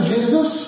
Jesus